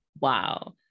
wow